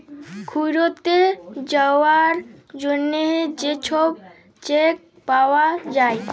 ঘ্যুইরতে যাউয়ার জ্যনহে যে ছব চ্যাক পাউয়া যায়